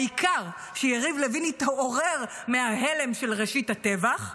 העיקר שיריב לוין יתעורר מההלם של ראשית הטבח,